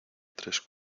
tres